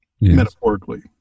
metaphorically